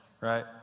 right